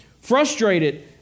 frustrated